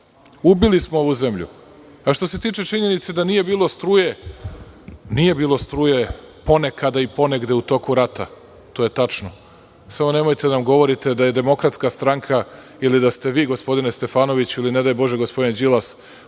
Ubili smo ovu zemlju. Što se tiče činjenice da nije bilo struje, nije bilo struje ponekad i ponegde u toku rata, to je tačno, samo nemojte da nam govorite da je DS ili da ste vi gospodine Stefanoviću ili nedaj bože gospodin Đilas